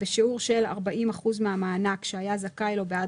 בשיעור של 40 אחוזים מהמענק שהיה זכאי לו בעד